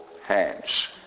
hands